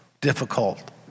difficult